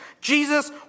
Jesus